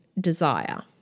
desire